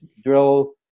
drill